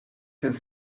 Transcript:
his